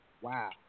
wow